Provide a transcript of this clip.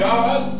God